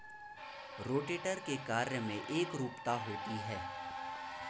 rotator के कार्य में एकरूपता होती है